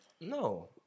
No